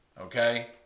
Okay